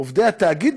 עובדי התאגיד,